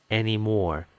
anymore